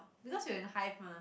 because we were in hive mah